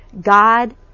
God